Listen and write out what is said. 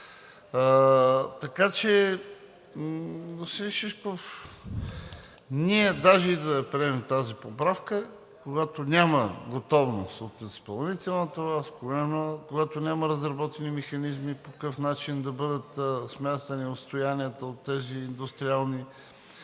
Така че, господин Шишков, даже и да я приемем тази поправка, когато няма готовност от изпълнителната власт, когато няма разработени механизми по какъв начин да бъдат смятани отстоянията от тези индустриални